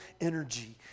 energy